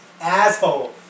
Asshole